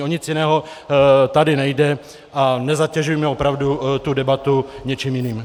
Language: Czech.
O nic jiného tady nejde a nezatěžujme opravdu debatu něčím jiným.